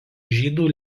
žydų